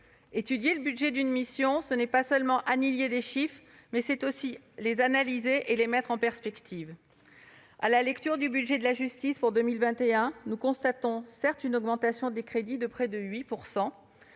Étudier le budget d'une mission, ce n'est pas seulement aligner des chiffres ; c'est aussi les analyser et les mettre en perspective. À la lecture du budget de la justice pour 2021, nous constatons, certes, une augmentation des crédits de près de 8 %.